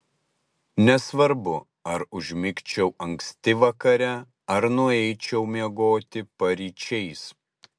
nesvarbu ar užmigčiau anksti vakare ar nueičiau miegoti paryčiais